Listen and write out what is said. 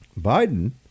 Biden